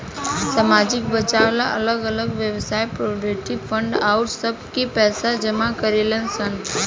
सामाजिक बचाव ला अलग अलग वयव्साय प्रोविडेंट फंड आउर सब में पैसा जमा करेलन सन